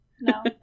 No